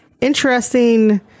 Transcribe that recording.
interesting